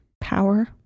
Power